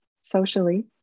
socially